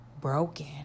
broken